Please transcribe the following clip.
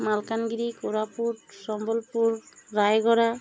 Malkangiri Koraput Sambalpur Rayagada